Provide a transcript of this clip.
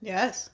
Yes